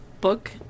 book